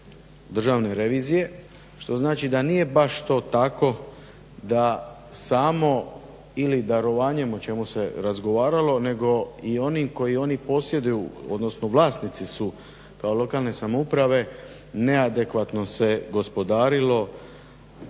Državne revizije što znači da nije baš to tako da samo ili darovanje o čemu se razgovaralo, nego i onim koji oni posjeduju, odnosno vlasnici su kao lokalne samouprave neadekvatno se gospodarilo,